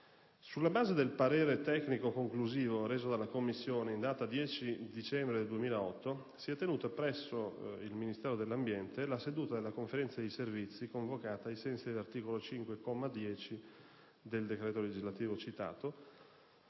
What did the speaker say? Sulla base del parere tecnico conclusivo reso dalla commissione in data 10 dicembre 2008, si è tenuta presso il Ministero dell'ambiente la seduta della Conferenza dei servizi, convocata ai sensi dell'articolo 5, comma 10, del decreto legislativo n. 59 citato,